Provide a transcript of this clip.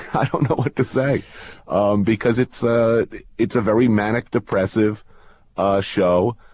i don't know what to say um because it's a it's a very manic depressive show,